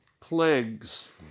plagues